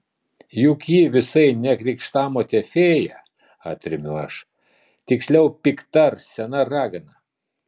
juk ji visai ne krikštamotė fėja atremiu aš tiksliau pikta sena ragana